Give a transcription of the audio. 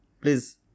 Please